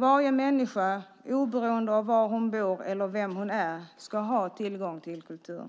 Varje människa, oberoende av var hon bor eller vem hon är, ska ha tillgång till kultur.